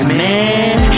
man